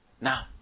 Now